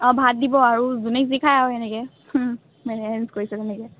অঁ ভাত দিব আৰু যোনে যি খায় আৰু তেনেকৈ মানে এৰেঞ্জ কৰিছে তেনেকৈ